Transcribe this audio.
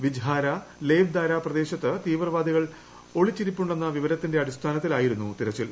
വിജ്ഹാര ലേവ്ദാര പ്രദേശത്ത് തീവ്രവാദികൾ ഒളിച്ചിരിപ്പുണ്ടെന്ന വിവരത്തിന്റെ അടിസ്ഥാനത്തിലായിരുന്നു തെരച്ചിൽ